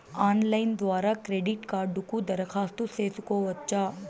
Online ద్వారా credit కార్డుకు దరఖాస్తు సేసుకోవచ్చా?